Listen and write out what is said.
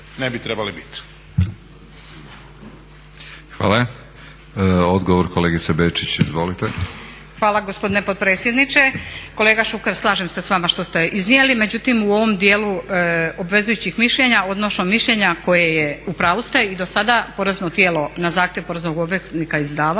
ne bi trebali biti.